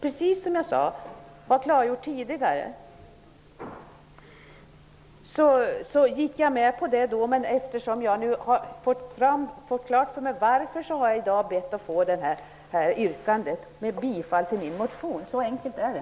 Precis som jag tidigare klargjort gick jag med på det. Men eftersom jag nu fått anledningen därtill klar för mig, har jag yrkat bifall till min motion. Så enkelt är det.